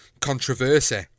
controversy